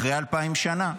אחרי אלפיים שנה.